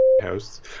house